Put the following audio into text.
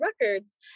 Records